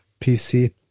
PC